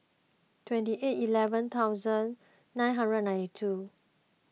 twenty eight eleven hundred nine hundred and ninety two